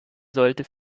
sollte